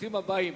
ברוכים הבאים.